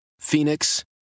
Phoenix